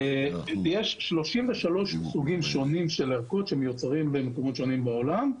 יש 33 סוגים שונים של ערכות שמיוצרים במקומות שונים בעולם,